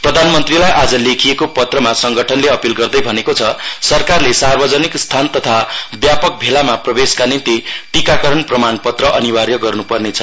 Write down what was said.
प्रधानमन्त्रीलाई आज लेखिएको पत्रमा संगठनले अपील गर्दै अनेको छ सरकारले सार्वजनिक स्थान तथा व्यापक भेलामा प्रवेशका निम्ति टीकाकरण प्रमाणपत्र अनिवार्य गर्न्पर्नेर्छ